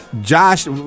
Josh